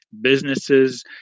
businesses